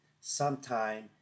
sometime